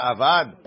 Avad